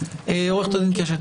עורכת הדין קשת,